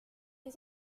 des